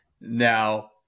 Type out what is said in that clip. Now